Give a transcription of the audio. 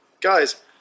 guys